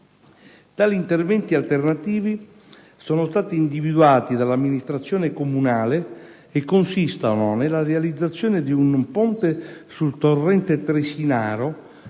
Tali interventi alternativi sono stati individuati dall'amministrazione comunale e consistono nella realizzazione di un ponte sul torrente Tresinaro,